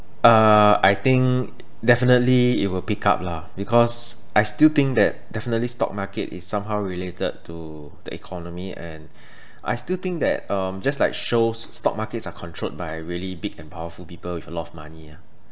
uh I think definitely it will pick up lah because I still think that definitely stock market is somehow related to the economy and I still think that um just like shows stock markets are controlled by really big and powerful people with a lot of money ah